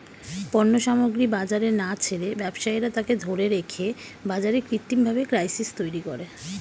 পণ্য সামগ্রী বাজারে না ছেড়ে ব্যবসায়ীরা তাকে ধরে রেখে বাজারে কৃত্রিমভাবে ক্রাইসিস তৈরী করে